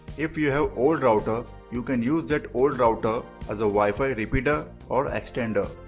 if you have old router you can use that old router as a wifi repeater or extender.